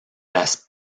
las